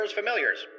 Familiars